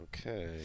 Okay